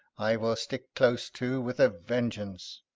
i will stick close to with a vengeance.